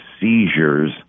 seizures